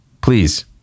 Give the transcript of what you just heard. please